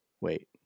Wait